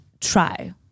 try